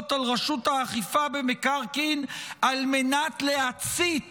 על רשות האכיפה במקרקעין על מנת להצית